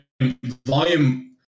volume